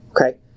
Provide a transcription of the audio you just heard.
okay